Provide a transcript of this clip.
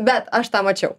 bet aš tą mačiau